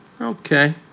Okay